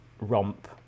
romp